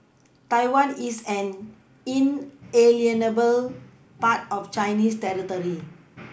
Taiwan is an inalienable part of Chinese territory